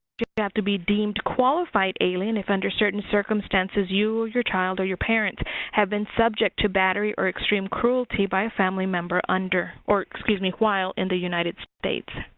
have to be deemed qualified alien if under certain circumstances you, your child, or your parents have been subject to battery or extreme cruelty by a family member, under or excuse me, while in the united states.